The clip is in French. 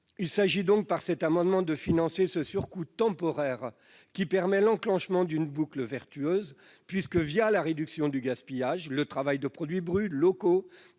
de produits frais. Cet amendement vise donc à financer ce surcoût temporaire, qui permet l'enclenchement d'une boucle vertueuse, puisque la réduction du gaspillage et le travail de produits bruts, locaux,